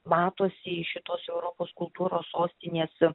matosi iš šitos europos kultūros sostinės